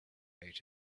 out